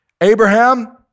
Abraham